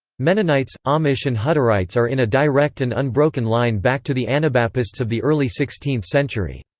mennonites, amish and hutterites are in a direct and unbroken line back to the anabapists of the early sixteenth century.